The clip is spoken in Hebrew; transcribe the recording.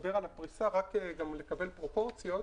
שמדבר על הפריסה רק כדי לקבל פרופורציות